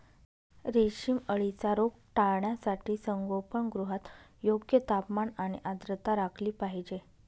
रेशीम अळीचा रोग टाळण्यासाठी संगोपनगृहात योग्य तापमान आणि आर्द्रता राखली पाहिजे